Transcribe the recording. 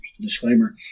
Disclaimer